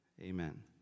Amen